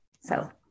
So-